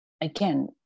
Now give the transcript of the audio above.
again